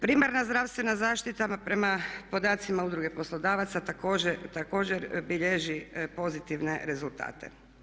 Primarna zdravstvena zaštita prema podacima Udruge poslodavaca također bilježi pozitivne rezultate.